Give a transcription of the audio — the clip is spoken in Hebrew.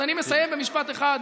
אז אני מסיים במשפט אחד: